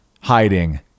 hiding